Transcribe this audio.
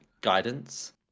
guidance